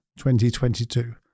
2022